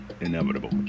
inevitable